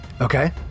Okay